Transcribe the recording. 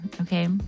okay